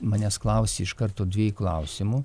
manęs klausia iš karto dviejų klausimų